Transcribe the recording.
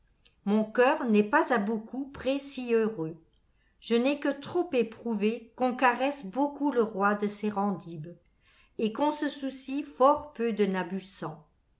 mon coeur n'est pas à beaucoup près si heureux je n'ai que trop éprouvé qu'on caresse beaucoup le roi de serendib et qu'on se soucie fort peu de